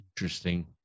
Interesting